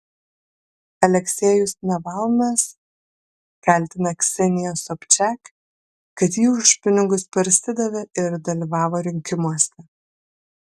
aleksejus navalnas kaltina kseniją sobčak kad ji už pinigus parsidavė ir dalyvavo rinkimuose